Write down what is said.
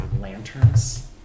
lanterns